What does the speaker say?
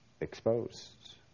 exposed